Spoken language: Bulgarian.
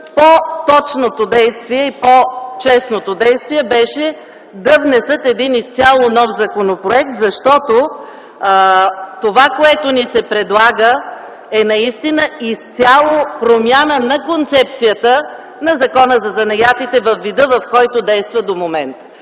по-точното действие и по-честното действие беше да внесат един изцяло нов законопроект, защото това, което ни се предлага, е наистина изцяло промяна на концепцията на Закона за занаятите във вида, в който действа до момента.